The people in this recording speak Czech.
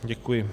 Děkuji.